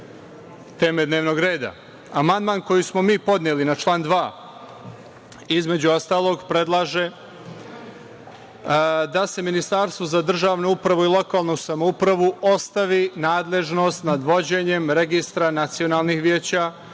teme dnevnog reda. Amandman koji smo mi podneli na član 2, između ostalog, predlaže da se Ministarstvu za državnu upravu i lokalnu samoupravu ostavi nadležnost nad vođenjem registra nacionalnih veća,